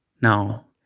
Now